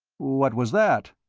what was that?